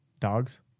Dogs